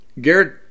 Garrett